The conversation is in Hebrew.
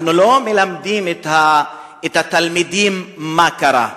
אנחנו לא מלמדים את התלמידים מה קרה,